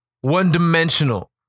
one-dimensional